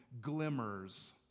glimmers